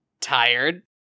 tired